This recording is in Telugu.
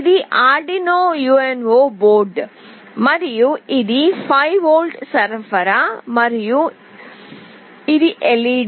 ఇది Arduino UNO బోర్డు మరియు ఇది 5V సరఫరా మరియు ఇది LED